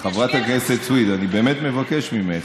נתתי דוגמה, חברת הכנסת סויד, אני באמת מבקש ממך: